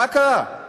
מה קרה?